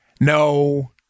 no